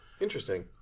Interesting